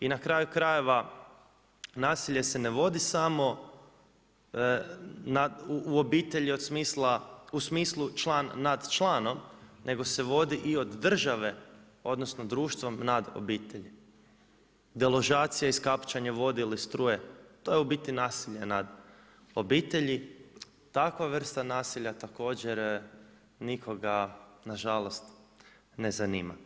I na kraju krajeva nasilje se ne vodi u obitelji u smislu član nad članom nego se vodi i od države odnosno društvom nad obitelji. deložacija, iskapčanje vode ili struje, to je u biti nasilje nad obitelji, takva vrsta nasilja također nikoga nažalost ne zanima.